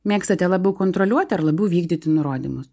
mėgstate labiau kontroliuoti ar labiau vykdyti nurodymus